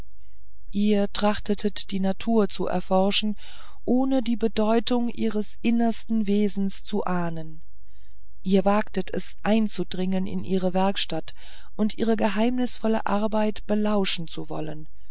ihr trachtetet die natur zu erforschen ohne die bedeutung ihres innersten wesens zu ahnen ihr wagtet es einzudringen in ihre werkstatt und ihre geheimnisvolle arbeit belauschen zu wollen